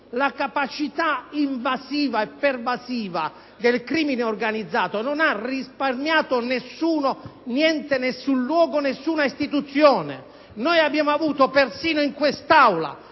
la capacità invasiva e pervasiva del crimine organizzato, che non ha risparmiato nessuno, niente, nessun luogo, nessuna istituzione. Abbiamo avuto persino in questa Aula